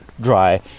dry